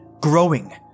growing